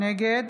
נגד